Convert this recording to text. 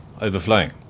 overflowing